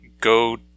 go